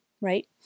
right